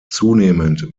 zunehmend